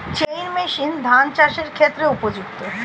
Chain machine ধান চাষের ক্ষেত্রে উপযুক্ত?